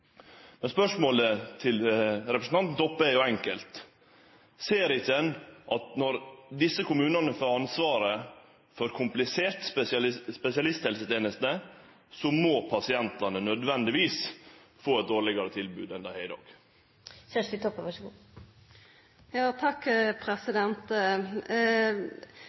Men spørsmålet til representanten Toppe er enkelt: Når desse kommunane får ansvaret for komplisert spesialisthelseteneste, ser ein ikkje då at pasientane nødvendigvis må få eit dårlegare tilbod enn dei har i